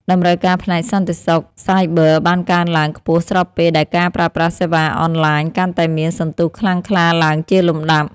តម្រូវការផ្នែកសន្តិសុខសាយប័របានកើនឡើងខ្ពស់ស្របពេលដែលការប្រើប្រាស់សេវាអនឡាញកាន់តែមានសន្ទុះខ្លាំងក្លាឡើងជាលំដាប់។